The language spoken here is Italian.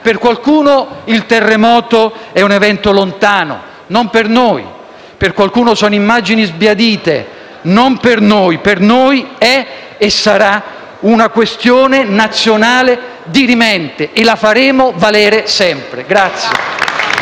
Per qualcuno il terremoto è un evento lontano; non per noi. Per qualcuno sono immagini sbiadite; non per noi. Per noi è e sarà una questione nazionale dirimente e la faremo valere sempre.